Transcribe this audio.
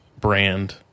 brand